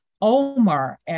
Omar